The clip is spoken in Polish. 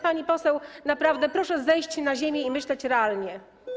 Pani poseł, naprawdę, proszę zejść na ziemię i myśleć realnie.